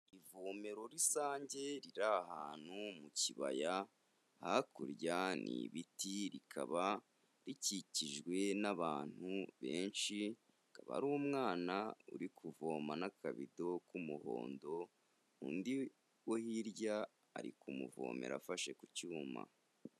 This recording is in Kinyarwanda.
Ivomero rusange riri ahantu mu kibaya, hakurya ni ibiti, rikaba rikikijwe n'abantu benshi, akaba ari umwana uri kuvoma n'akabido k'umuhondo, undi wo hirya ari kumuvomera afashe ku cyuma.